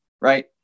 right